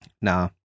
Nah